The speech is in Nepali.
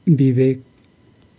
विवेक